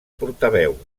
portaveu